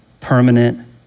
permanent